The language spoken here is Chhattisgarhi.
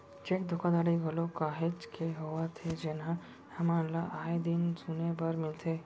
चेक धोखाघड़ी घलोक काहेच के होवत हे जेनहा हमन ल आय दिन सुने बर मिलथे